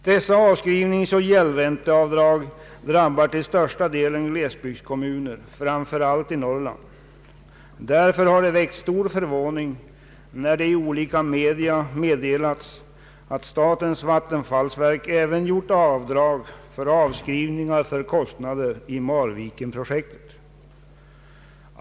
Dessa avskrivningsoch gäldränteavdrag drabbar till största delen glesbygdskommuner, framför allt i Norrland. Därför har det väckt stor förvåning när man i olika media meddelat att statens vattenfallsverk även gjort avdrag för avskrivningar av kostnader i Marvikenprojektet.